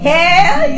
Hell